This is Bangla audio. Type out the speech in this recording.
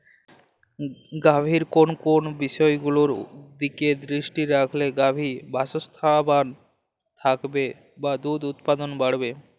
গাভীর কোন কোন বিষয়গুলোর দিকে দৃষ্টি রাখলে গাভী স্বাস্থ্যবান থাকবে বা দুধ উৎপাদন বাড়বে?